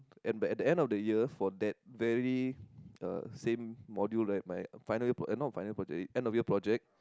and by the end of the year for that very uh same module right my final year eh not final year project end of year project